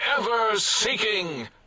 ever-seeking